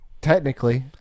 Technically